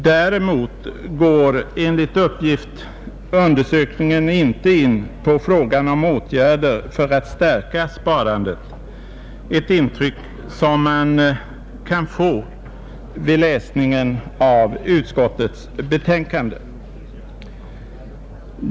Däremot går enligt uppgift undersökningen inte in på frågan om åtgärder för att stärka sparandet — ett intryck som man kan få vid läsningen av utskottets betänkande.